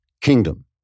KINGDOM